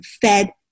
fed